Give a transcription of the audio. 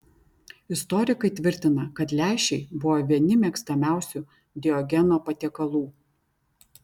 istorikai tvirtina kad lęšiai buvo vieni mėgstamiausių diogeno patiekalų